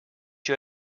you